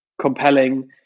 compelling